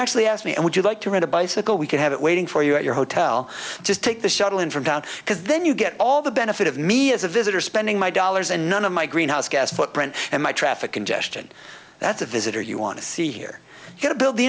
actually asked me and would you like to ride a bicycle we could have it waiting for you at your hotel just take the shuttle in from down because then you get all the benefit of me as a visitor spending my dollars and none of my greenhouse gas footprint and my traffic congestion that's a visitor you want to see here to build the